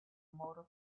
motor